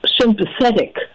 sympathetic